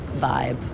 vibe